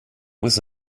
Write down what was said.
was